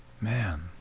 Man